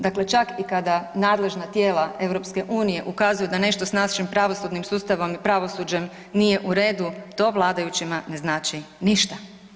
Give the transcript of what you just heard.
Dakle čak i kada nadležna tijela EU-a ukazuju da nešto sa našim pravosudnim sustavom i pravosuđem nije u redu, to vladajućima ne znači ništa.